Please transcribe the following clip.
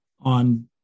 on